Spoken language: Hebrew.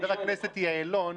חבר הכנסת יעלון,